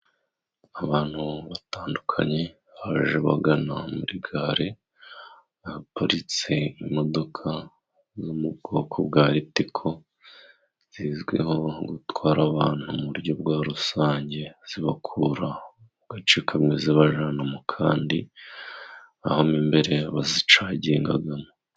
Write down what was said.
Abantu batandukanye baje bagana muri gare, haparitse imodoka zo mu bwoko bwa Ritiko, zizwiho gutwara abantu mu buryo bwa rusange zibakura mu gace kamwe zibajyana mu kandi, aho mo imbere bazicaginga.